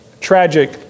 tragic